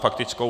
Faktickou.